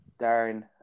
Darren